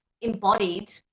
embodied